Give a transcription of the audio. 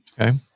Okay